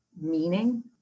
meaning